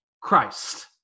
Christ